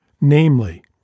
namely